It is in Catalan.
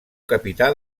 capità